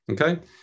Okay